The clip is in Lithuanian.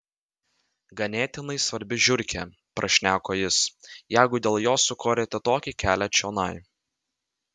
ganėtinai svarbi žiurkė prašneko jis jeigu dėl jos sukorėte tokį kelią čionai